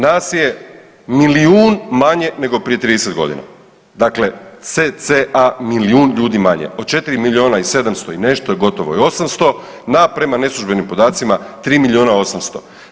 Nas je milijun manje nego prije 30.g., dakle cca. milijun ljudi manje, od 4 milijuna i 700 i nešto, gotovo i 800, na prema neslužbenim podacima 3 milijuna i 800.